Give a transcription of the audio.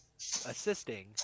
assisting